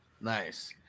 Nice